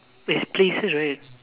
is places right